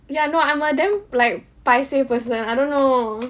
ya no I'm a damn like paiseh person I don't know